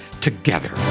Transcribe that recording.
together